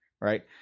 right